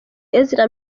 ezra